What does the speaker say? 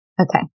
Okay